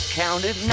counted